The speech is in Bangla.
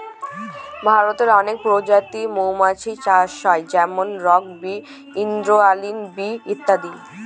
ভারতে অনেক প্রজাতির মৌমাছি চাষ হয় যেমন রক বি, ইন্ডিয়ান বি ইত্যাদি